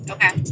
Okay